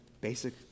Basic